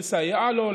לסייע לו,